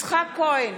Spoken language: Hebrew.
יצחק כהן